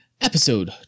episode